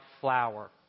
flower